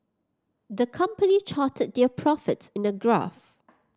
the company charted their profits in a graph